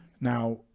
now